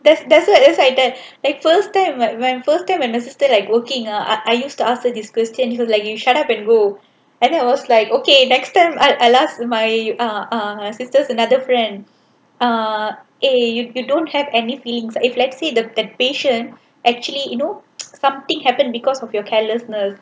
that's that's why that's why that like first time when first time when my sister like working uh I I used to ask her this question she like you shut up and go and then I was like okay next time I I ask my uh my sister's another friend ah eh you you don't have any feelings if let's say the the patient actually you know something happened because of your carelessness